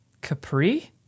Capri